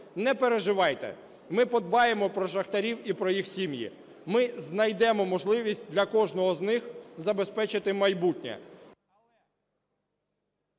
Не переживайте, ми подбаємо про шахтарів і про їх сім'ї, ми знайдемо можливість для кожного з них забезпечити майбутнє,